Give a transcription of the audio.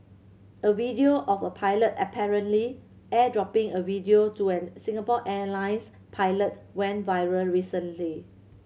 a video of a pilot apparently airdropping a video to an Singapore Airlines pilot went viral recently